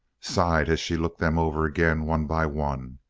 sighed as she looked them over again, one by one.